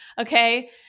Okay